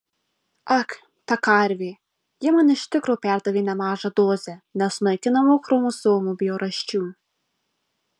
ak ta karvė ji man iš tikro perdavė nemažą dozę nesunaikinamų chromosomų bjaurasčių